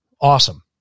Awesome